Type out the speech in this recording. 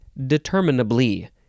determinably